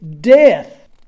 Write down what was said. death